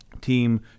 team